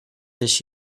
this